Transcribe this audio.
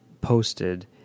posted